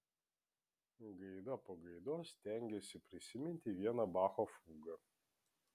gaida po gaidos stengėsi prisiminti vieną bacho fugą